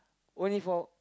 only for